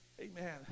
amen